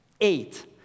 eight